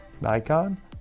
Nikon